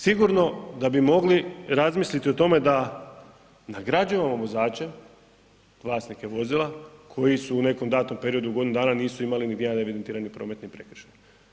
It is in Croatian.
Sigurno da bi mogli razmisliti o tome da nagrađujemo vozače, vlasnike vozila koji su u nekom datom periodu, godinu dana nisu imali niti jedan evidentirani prometni prekršaj.